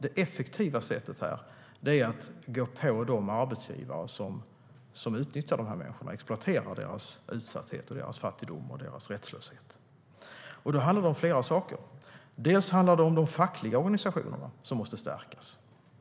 Det effektiva sättet är att gå på de arbetsgivare som utnyttjar dessa människor och exploaterar deras utsatthet, fattigdom och rättslöshet. Då handlar det om flera saker. Till att börja med handlar det om att de fackliga organisationerna måste stärkas.